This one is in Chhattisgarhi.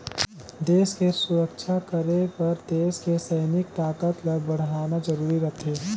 देस के सुरक्छा करे बर देस के सइनिक ताकत ल बड़हाना जरूरी रथें